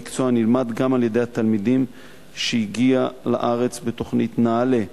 המקצוע נלמד גם על-ידי התלמידים שהגיעו לארץ בתוכנית נעל"ה.